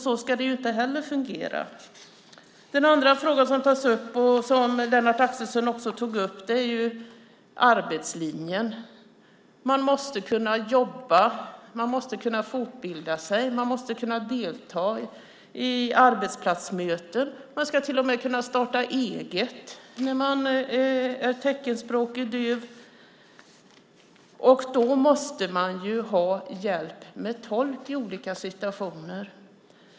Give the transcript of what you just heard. Så ska det inte heller fungera. Den andra fråga som tas upp, och som även Lennart Axelsson tog upp, är arbetslinjen. Man måste kunna jobba, fortbilda sig och delta i arbetsplatsmöten. Man ska till och med kunna starta eget som teckenspråkig döv. Då måste man ha hjälp med tolk i olika situationer.